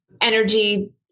energy